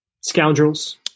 scoundrels